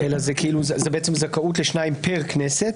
- הם שניים פר כנסת.